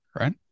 right